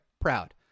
Proud